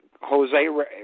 Jose